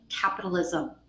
capitalism